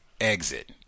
exit